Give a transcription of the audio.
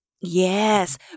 Yes